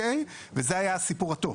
וזה היה הסיפור הטוב.